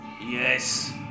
Yes